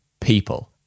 People